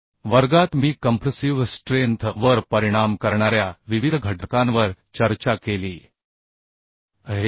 मागील वर्गात मी कंप्र्सिव्ह स्ट्रेंथ वर परिणाम करणाऱ्या विविध घटकांवर चर्चा केली आहे